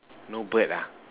no bird ah